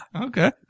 Okay